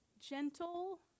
gentle